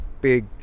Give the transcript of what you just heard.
big